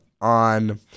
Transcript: on